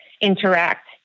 interact